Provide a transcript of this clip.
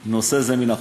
נושא זה מן החוק.